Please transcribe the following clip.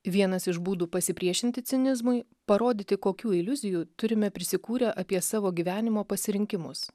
vienas iš būdų pasipriešinti cinizmui parodyti kokių iliuzijų turime prisikūrę apie savo gyvenimo pasirinkimus